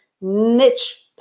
niche